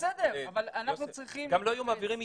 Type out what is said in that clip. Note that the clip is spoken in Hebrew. גם לא היו מעבירים מידע.